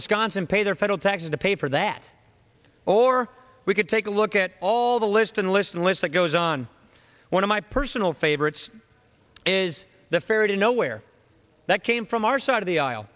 wisconsin pay their federal taxes to pay for that or we could take a look at all the list and list list that goes on one of my personal favorites is the ferry to nowhere that came from our side of the aisle